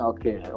Okay